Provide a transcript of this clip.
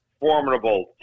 formidable